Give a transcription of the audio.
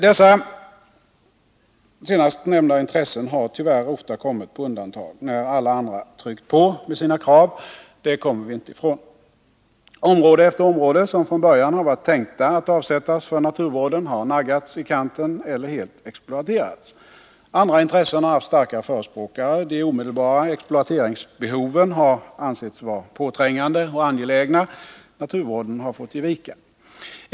Dessa senast nämnda intressen har tyvärr ofta kommit på undantag när alla andra tryckt på med sina krav — det kommer vi inte ifrån. Område efter område som från början har varit tänkt att avsättas för naturvården har naggats i kanten eller helt exploaterats. Andra intressen har haft starkare förespråkare, de omedelbara exploateringsbehoven har ansetts vara påträngande och angelägna och naturvården har fått ge vika.